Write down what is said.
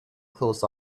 closed